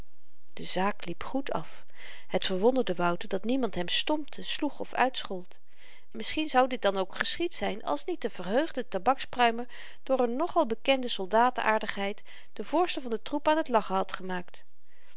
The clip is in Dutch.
de zaak liep goed af het verwonderde wouter dat niemand hem stompte sloeg of uitschold misschien zou dit dan ook geschied zyn als niet de verheugde tabakspruimer door n nogal bekende soldaten aardigheid de voorsten van den troep aan t lachen had gemaakt